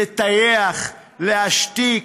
לטייח, להשתיק.